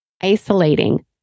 Isolating